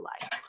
life